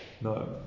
No